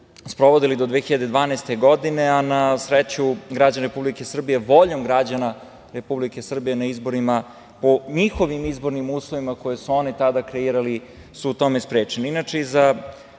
sprovodili do 2012. godine, a na sreću građani Republike Srbije, voljom građana Republike Srbije na izborima, po njihovim izbornim uslovima koje su oni tada kreirali, su ih u tome sprečili. Inače,